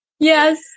Yes